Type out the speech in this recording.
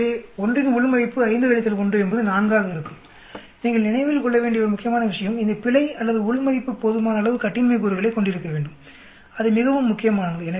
எனவே 1இன் உள் மதிப்பு 5 1 என்பது 4 ஆக இருக்கும் நீங்கள் நினைவில் கொள்ள வேண்டிய ஒரு முக்கியமான விஷயம் இந்த பிழை அல்லது உள் மதிப்பு போதுமான அளவு கட்டின்மை கூறுகளைக்கொண்டிருக்க வேண்டும் அது மிகவும் முக்கியமானது